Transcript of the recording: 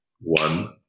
One